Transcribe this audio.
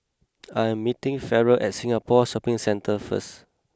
I am meeting Farrell at Singapore Shopping Centre first